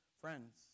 friends